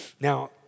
Now